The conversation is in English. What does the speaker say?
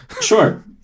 sure